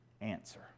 answer